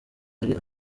ari